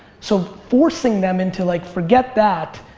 so forcing them into like, forget that.